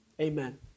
Amen